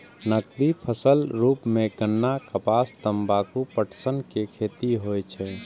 नकदी फसलक रूप मे गन्ना, कपास, तंबाकू, पटसन के खेती होइ छै